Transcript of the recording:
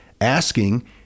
asking